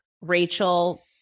Rachel